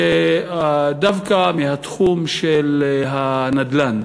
דווקא מהתחום של הנדל"ן.